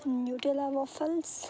nutella waffles